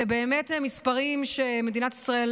אלה מספרים שמדינת ישראל